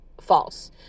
false